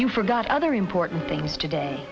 you forgot other important things today